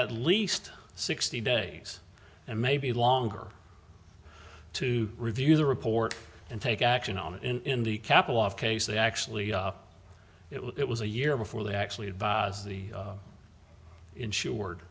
at least sixty days and maybe longer to review the report and take action on in the capital of case they actually it was a year before they actually had the insured